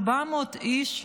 400 איש,